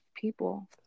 people